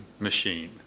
machine